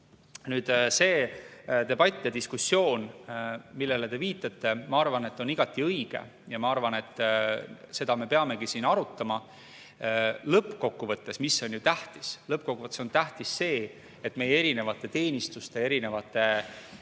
Nüüd, see debatt ja diskussioon, millele te viitate, ma arvan, on igati õige. Ja ma arvan, et seda me peamegi siin arutama. Lõppkokkuvõttes, mis on tähtis? Lõppkokkuvõttes on ju tähtis see, et meie erinevate teenistuste ja